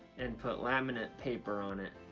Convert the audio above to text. and put laminate paper on it.